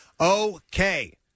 Okay